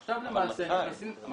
עכשיו למעשה --- אבל מתי?